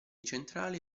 centrale